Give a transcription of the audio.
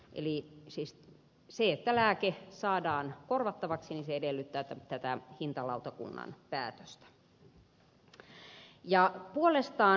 eli siis se että lääke saadaan korvattavaksi edellyttää tätä hintalautakunnan päätöstä